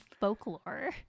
folklore